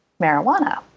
marijuana